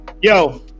yo